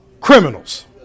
criminals